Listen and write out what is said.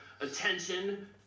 attention